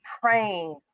praying